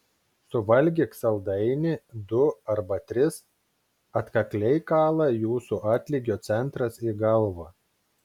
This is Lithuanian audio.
suvalgyk saldainį du arba tris atkakliai kala jūsų atlygio centras į galvą